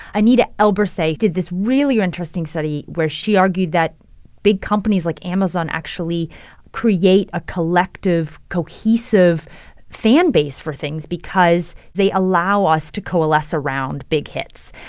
anita elberse did this really interesting study where she argued that big companies like amazon actually create a collective, cohesive fan base for things because they allow us to coalesce around big hits.